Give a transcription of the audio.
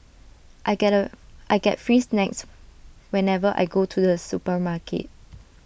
I get A I get free snacks whenever I go to the supermarket